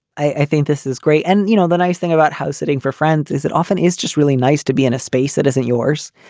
i think this is great. and you know, the nice thing about housesitting for friends is it often is just really nice to be in a space that isn't yours.